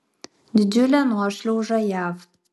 didžiulė nuošliauža jav